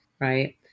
Right